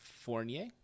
Fournier